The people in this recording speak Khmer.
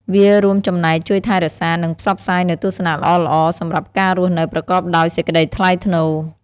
វារួមចំណែកជួយថែរក្សា និងផ្សព្វផ្សាយនូវទស្សនៈល្អៗសម្រាប់ការរស់នៅប្រកបដោយសេចក្តីថ្លៃថ្នូរ។